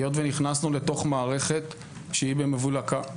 היות שנכנסנו לתוך מערכת שהיא במבולקה,